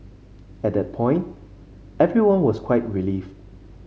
at that point everyone was quite relieved